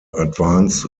advance